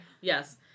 Yes